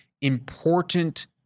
important